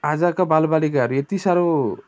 आजका बाल बालिकाहरू यति साह्रो